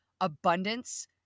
abundance